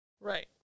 Right